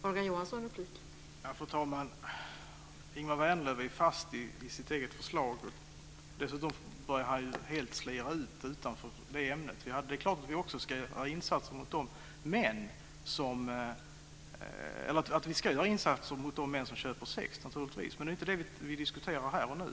Fru talman! Ingemar Vänerlöv sitter fast i sitt eget förslag. Dessutom börjar han slira utanför ämnet. Det är klart att vi ska göra insatser mot de män som köper sex, men det är inte det som vi diskuterar här och nu.